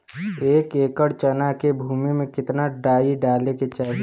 एक एकड़ चना के भूमि में कितना डाई डाले के चाही?